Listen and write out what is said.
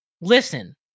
listen